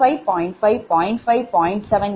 5 0